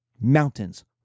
Mountains